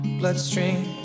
bloodstream